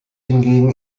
hingegen